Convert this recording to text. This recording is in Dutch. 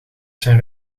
zijn